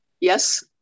Yes